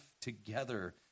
together